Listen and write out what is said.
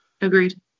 Agreed